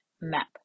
map